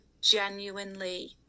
genuinely